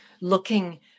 looking